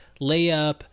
layup